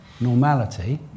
normality